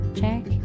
check